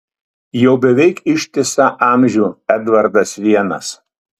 jau beveik ištisą amžių edvardas vienas